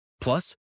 Plus